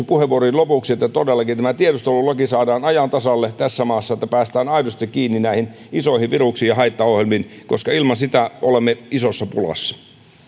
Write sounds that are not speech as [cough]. [unintelligible] puheenvuoroni lopuksi että todellakin tämä tiedustelulaki saadaan ajan tasalle tässä maassa että päästään aidosti kiinni näihin isoihin viruksiin ja haittaohjelmiin koska ilman sitä olemme isossa pulassa